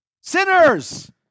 sinners